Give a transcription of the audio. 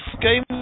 Game